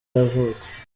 yavutse